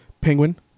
Penguin